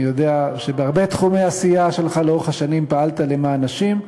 אני יודע שבהרבה תחומי עשייה שלך לאורך השנים פעלת למען נשים,